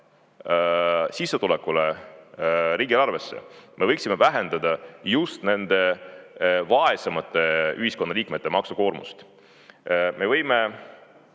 lisasissetulekule riigieelarvesse me võiksime vähendada just nende vaesemate ühiskonnaliikmete maksukoormust. Me võime